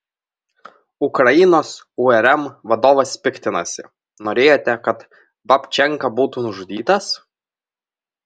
ukrainos urm vadovas piktinasi norėjote kad babčenka būtų nužudytas